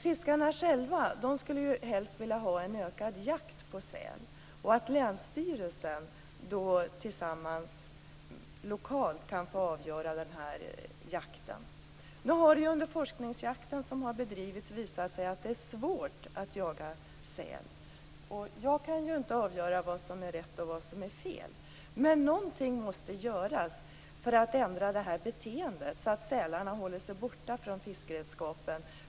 Fiskarna själva skulle helst vilja ha en ökad jakt på säl och att länsstyrelsen lokalt kan få avgöra om den här jakten skall tillåtas. Under den forskningsjakt som har bedrivits har det visat sig att det är svårt att jaga säl. Jag kan inte avgöra vad som är rätt och fel, men någonting måste göras för att ändra det här beteendet så att sälarna håller sig borta från fiskeredskapen.